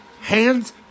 Hands